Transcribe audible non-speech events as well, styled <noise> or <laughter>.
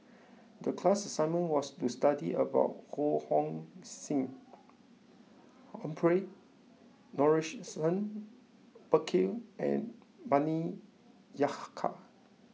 the class assignment was to study about Ho Hong Sing Humphrey Morrison Burkill and Bani <unintelligible>